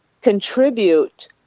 contribute